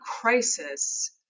crisis